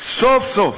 סוף-סוף